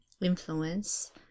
influence